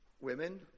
Women